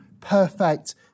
perfect